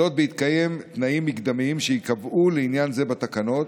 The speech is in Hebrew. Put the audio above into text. זאת בהתקיים תנאים מוקדמים שייקבעו לעניין זה בתקנות